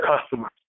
customers